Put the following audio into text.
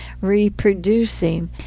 reproducing